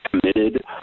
committed